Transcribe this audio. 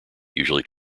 usually